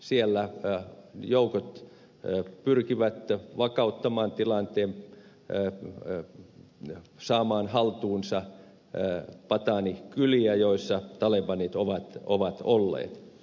siellä joukot pyrkivät vakauttamaan tilanteen saamaan haltuunsa pataanikyliä joissa talebanit ovat olleet